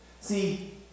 See